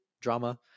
drama